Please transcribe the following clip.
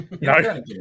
No